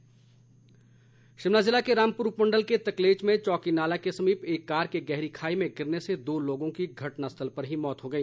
हादसा शिमला जिले के रामपुर उपमंडल के तकलेच में चौकी नाला के समीप एक कार के गहरी खाई में गिरने से दो लोगों की घटनास्थल पर मौत हो गई